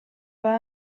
war